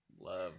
love